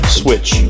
switch